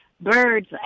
birds